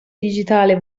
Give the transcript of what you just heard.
digitale